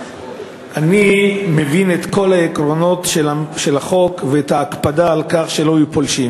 אני מבין את כל העקרונות של החוק ואת ההקפדה על כך שלא יהיו פולשים.